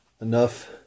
enough